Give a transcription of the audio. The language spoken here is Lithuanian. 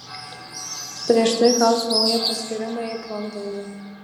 prieš tai gaus naują paskyrimą į pnompenį